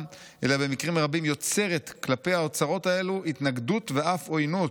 אלא במקרים רבים יוצרת כלפי האוצרות האלו התנגדות ואף עוינות",